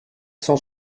cent